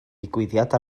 digwyddiad